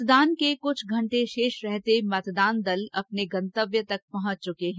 मतदान के कुछ घंटे शेष रहते मतदान दल अपने गंतव्यों तक पहुंच चुके हैं